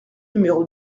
numéro